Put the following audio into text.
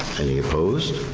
any opposed?